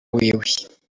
wiwe